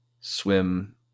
swim